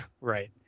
Right